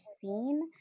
scene